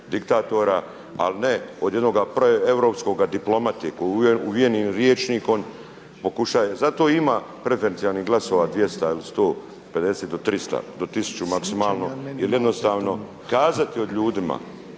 diktatora ali ne od jednoga proeuropskoga diplomate koji uvijenim rječnikom pokušava, zato i ima preferencijalnih glasova 200 ili 150 do 300 do 1000 maksimalno jer jednostavno kazati o ljudima